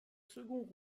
seconds